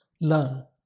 learn